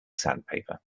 sandpaper